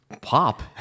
Pop